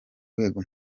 rwego